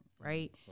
Right